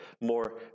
more